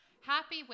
happy